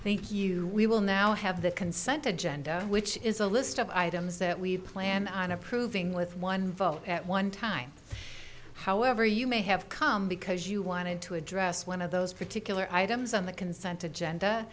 thank you we will now have the consent agenda which is a list of items that we plan on approving with one vote at one time however you may have come because you wanted to address one of those particular items on the consent to genda